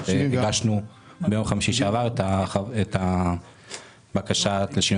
הגשנו ביום חמישי שעבר את הבקשה לשינוי